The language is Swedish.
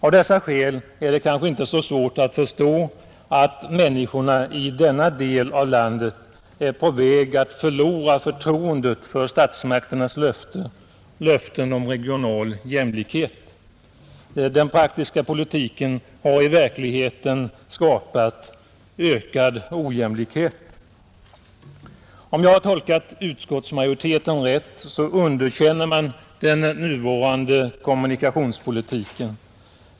Av dessa skäl är det kanske inte så svårt att förstå att människorna i denna del av landet är på väg att förlora förtroendet för statsmakternas löften om regional jämlikhet. Den praktiska politiken har i verkligheten skapat ökad ojämlikhet. Såvitt jag förstår underkänner utskottsmajoriteten den nuvarande Nr 85 kommunikationspolitiken.